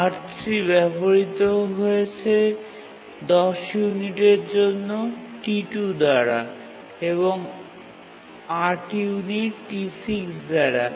R3 ব্যবহৃত হয়েছে ১০ ইউনিটের জন্য T2 দ্বারা এবং ৮ ইউনিট T6 দ্বারা